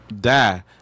die